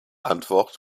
antwort